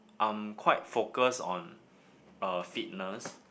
I'm quite focused on uh fitness